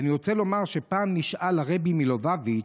ואני רוצה לומר שפעם נשאל הרבי מלובביץ'